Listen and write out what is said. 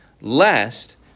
lest